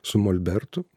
su molbertu